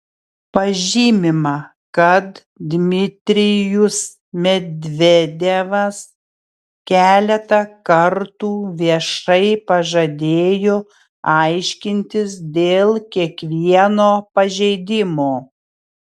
pažymima kad dmitrijus medvedevas keletą kartų viešai pažadėjo aiškintis dėl kiekvieno pažeidimo